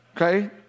okay